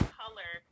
color